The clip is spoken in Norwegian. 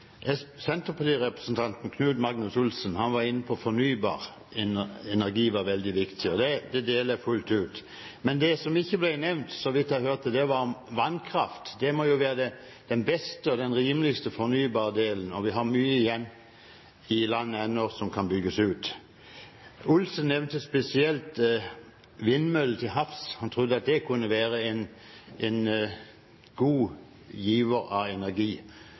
Senterpartirepresentanten Knut Magnus Olsen var inne på at fornybar energi var veldig viktig, og det synet deler jeg fullt ut. Men det som ikke ble nevnt, så vidt jeg hørte, var vannkraft. Det må jo være den beste og den rimeligste fornybardelen, og vi har mye igjen i landet ennå som kan bygges ut. Olsen nevnte spesielt vindmøller til havs, han trodde at det kunne være en god giver av energi.